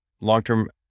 long-term